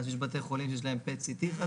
בתוך בית חולים מסוים הייתה 150 שקלים,